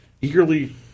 eagerly